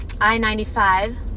I-95